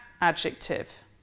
adjective